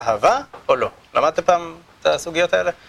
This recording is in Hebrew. אהבה או לא? למדת פעם את הסוגיות האלה?